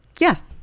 Yes